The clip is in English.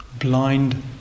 Blind